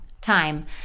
time